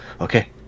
okay